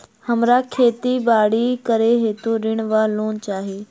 हमरा खेती बाड़ी करै हेतु ऋण वा लोन चाहि?